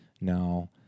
now